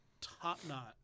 top-notch